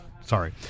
sorry